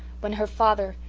when her father,